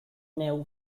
neu